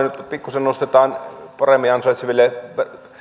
nyt pikkuisen nostetaan paremmin ansaitseville